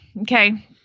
okay